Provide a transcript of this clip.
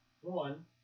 One